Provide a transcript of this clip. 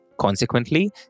Consequently